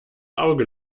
auge